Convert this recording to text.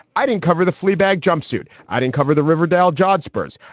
i didn't cover the fleabag jumpsuit. i didn't cover the riverdale jodhpurs.